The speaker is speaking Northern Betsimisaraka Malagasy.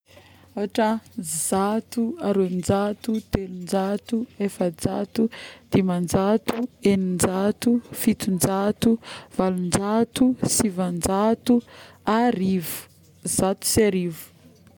ôhatra, zato, aroanjato, telonjato, efajato, dimanjato, eninjato, fitonjato, valonjato, sivanjato, arivo, zato sy arivo